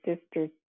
sisters